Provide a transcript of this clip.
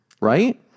right